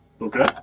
Okay